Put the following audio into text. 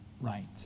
right